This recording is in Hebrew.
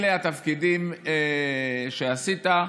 אלה התפקידים שעשית.